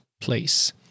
place